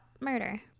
murder